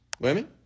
women